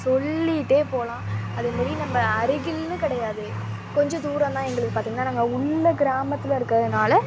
சொல்லிகிட்டே போலாம் அதே மாதிரி நம்ப அருகில்னு கிடையாது கொஞ்சம் தூரம் தான் எங்களுக்கு பார்த்திங்கன்னா நாங்கள் உள்ள கிராமத்தில் இருக்குறதுனால